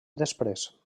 després